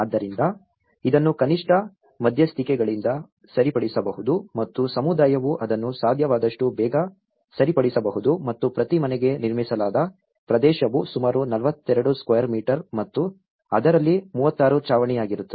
ಆದ್ದರಿಂದ ಇದನ್ನು ಕನಿಷ್ಠ ಮಧ್ಯಸ್ಥಿಕೆಗಳಿಂದ ಸರಿಪಡಿಸಬಹುದು ಮತ್ತು ಸಮುದಾಯವು ಅದನ್ನು ಸಾಧ್ಯವಾದಷ್ಟು ಬೇಗ ಸರಿಪಡಿಸಬಹುದು ಮತ್ತು ಪ್ರತಿ ಮನೆಗೆ ನಿರ್ಮಿಸಲಾದ ಪ್ರದೇಶವು ಸುಮಾರು 42 ಸ್ಕ್ವೇರ್ ಮೀಟರ್ ಮತ್ತು ಅದರಲ್ಲಿ 36 ಛಾವಣಿಯಾಗಿರುತ್ತದೆ